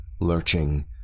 lurching